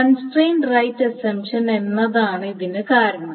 constrained right assumption എന്നതാണ് ഇതിന് കാരണം